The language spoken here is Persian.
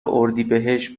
اردیبهشت